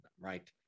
Right